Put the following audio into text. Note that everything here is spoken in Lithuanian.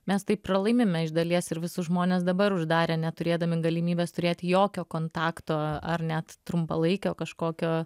mes taip pralaimime iš dalies ir visus žmones dabar uždarę neturėdami galimybės turėti jokio kontakto ar net trumpalaikio kažkokio